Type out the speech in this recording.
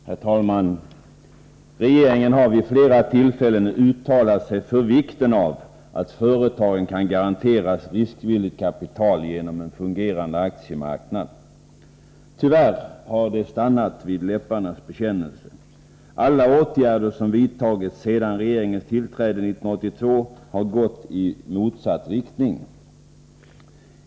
Herr talman! Regeringen har vid flera tillfällen uttalat sig för vikten av att företagen kan garanteras riskvilligt kapital genom en fungerande aktiemarknad. Tyvärr har det stannat vid en läpparnas bekännelse. Alla åtgärder som vidtagits sedan regeringens tillträde 1982 har gått i motsatt riktning.